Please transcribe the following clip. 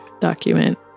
document